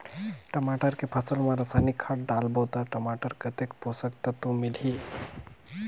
टमाटर के फसल मा रसायनिक खाद डालबो ता टमाटर कतेक पोषक तत्व मिलही?